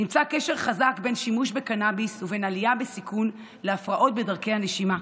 נמצא קשר חזק בין שימוש בקנביס ובין עלייה בסיכון להפרעות בדרכי הנשימה.